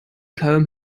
kaum